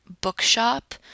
bookshop